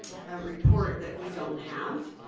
a report that we don't have